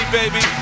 baby